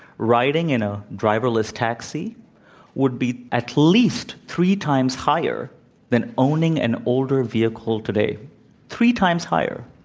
riding in a driverless taxi would be at least three times higher than owning an older vehicle today three times higher.